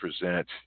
present